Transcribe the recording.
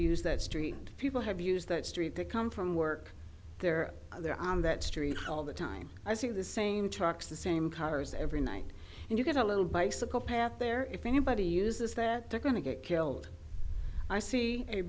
use that street people have used that street to come from work there they're on that street all the time i see the same trucks the same cars every night and you get a little bicycle path there if anybody uses that they're going to get killed i see a